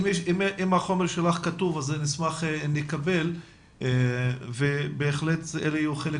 אם החומר שלך כתוב אז אני אשמח לקבל ובהחלט אלה יהיו חלק